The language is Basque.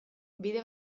bide